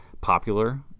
popular